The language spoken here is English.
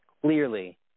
clearly